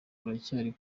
uracyari